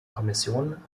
kommission